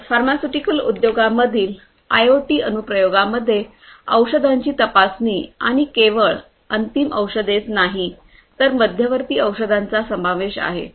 तर फार्मास्युटिकल उद्योगातील आयओटी अनुप्रयोगांमध्ये औषधांची तपासणी आणि केवळ अंतिम औषधेच नाही तर मध्यवर्ती औषधांचा समावेश आहे